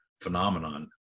phenomenon